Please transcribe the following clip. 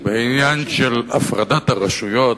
בעניין של הפרדת הרשויות,